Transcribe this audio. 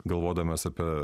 galvodamas apie